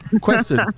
Question